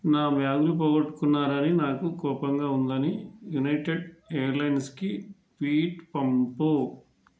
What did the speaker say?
నా బ్యాగులు పోకొట్టారని నాకు కోపంగా ఉందని యునైటెడ్ ఎయిర్ లైన్స్కి ట్వీట్ పంపు